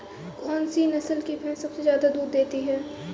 कौन सी नस्ल की भैंस सबसे ज्यादा दूध देती है?